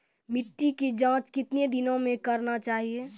मिट्टी की जाँच कितने दिनों मे करना चाहिए?